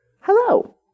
hello